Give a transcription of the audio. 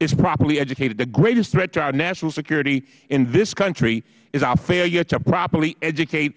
is properly educated the greatest threat to our national security in this country is our failure to properly educate